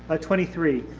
ah twenty three,